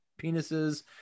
penises